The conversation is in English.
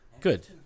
Good